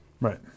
Right